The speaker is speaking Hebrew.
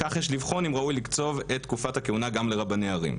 כך יש לבחון אם ראוי לקצוב את תקופת הכהונה גם לרבני ערים.